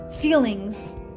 feelings